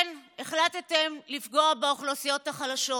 אתם החלטתם לפגוע באוכלוסיות החלשות.